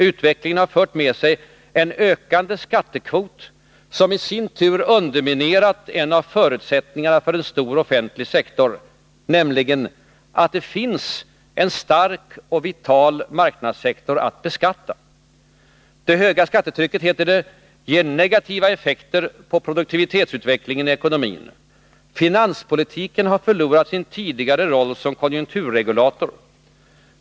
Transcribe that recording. Utvecklingen har fört med sig en ökande skattekvot, som i sin tur underminerat en av förutsättningarna för en stor offentlig sektor, nämligen att det finns en stark och vital marknadssektor att beskatta. Det höga skattetrycket, heter det, ger negativa effekter på produktivitetsutvecklingen i ekonomin. Finanspolitiken har förlorat sin tidigare roll som konjunkturregulator.